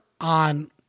on